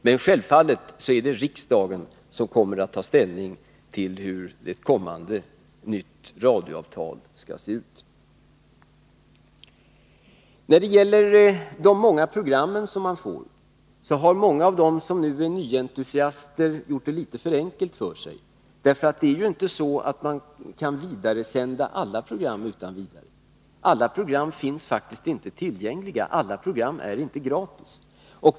Men självfallet är det riksdagen som kommer att ta ställning till hur ett kommande nytt radioavtal skall se ut. När det gäller den mängd av program som man skulle få har många av dem som nu är nyentusiaster gjort det litet för enkelt för sig. Man kan ju inte vidaresända alla program utan vidare. Alla program finns faktiskt inte tillgängliga och alla program är inte gratis.